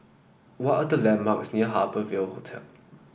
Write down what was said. what are the landmarks near Harbour Ville Hotel